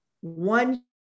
One